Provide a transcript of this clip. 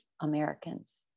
Americans